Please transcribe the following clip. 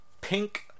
pink